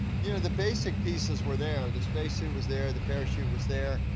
you know, the basic pieces were there. the spacesuit was there, the parachute was there,